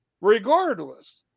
regardless